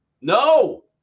No